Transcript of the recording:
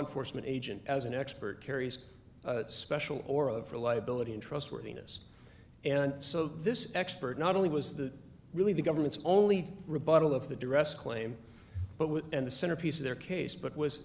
enforcement agent as an expert carries special or of reliability and trustworthiness and so this expert not only was the really the government's only rebuttal of the dress claim but would and the centerpiece of their case but was